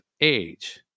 age